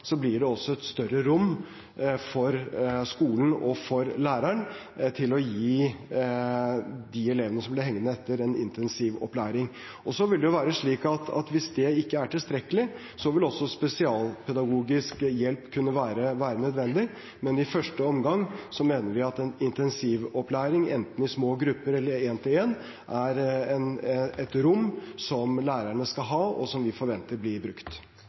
Så vil det være slik at hvis ikke det er tilstrekkelig, vil spesialpedagogisk hjelp kunne være nødvendig. Men i første omgang mener vi at en intensivopplæring, enten i små grupper eller én-til-én, er et rom som lærerne skal ha, og som vi forventer blir brukt.